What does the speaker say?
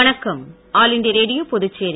வணக்கம் all India Radio Puducherry